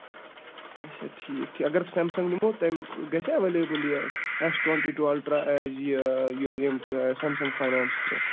اَچھا ٹھیٖک ٹھی اَگر سیمسنٛگ نِمو تَمیُک گژھِ اٮ۪ویلیبٕل یہِ اٮ۪س ٹُوَنٹٛی ٹوٗ اَلٹرٛا یہِ ییٚمیُک سیمسنٛگ فاینانٛس تھرٛوٗ